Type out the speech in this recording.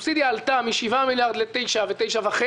צריך להבין שהסובסידיה עלתה מ-7 מיליארד ל-9 ו-9.5,